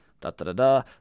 da-da-da-da